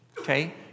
okay